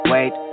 Wait